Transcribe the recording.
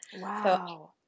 Wow